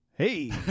Hey